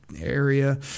area